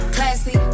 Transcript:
Classy